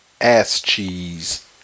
ass-cheese